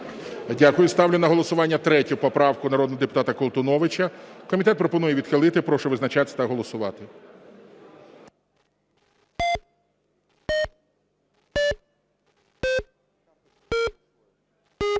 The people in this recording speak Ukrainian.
Дякую. Ставлю на голосування поправку номер 9 народного депутата Пузійчука. Комітет пропонує відхилити. Прошу визначатись та голосувати.